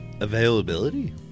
Availability